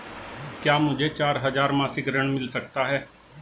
क्या मुझे चार हजार मासिक ऋण मिल सकता है?